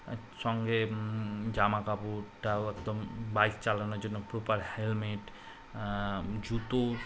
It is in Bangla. সঙ্গে জামা কাপড়টাও একদম বাইক চালানোর জন্য প্রপার হেলমেট জুতো